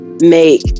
make